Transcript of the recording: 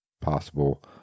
possible